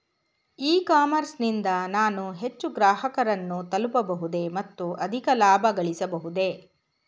E commerce ನಿಂದ ನಾನು ಹೆಚ್ಚು ಗ್ರಾಹಕರನ್ನು ತಲುಪಬಹುದೇ ಮತ್ತು ಅಧಿಕ ಲಾಭಗಳಿಸಬಹುದೇ?